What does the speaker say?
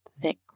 thick